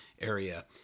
area